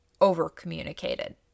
over-communicated